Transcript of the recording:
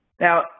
Now